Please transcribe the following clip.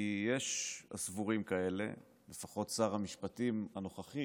כי יש כאלה שסבורים, לפחות שר המשפטים הנוכחי